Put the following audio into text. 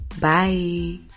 Bye